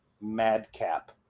Madcap